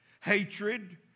hatred